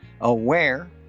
aware